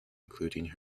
including